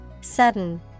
Sudden